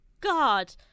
God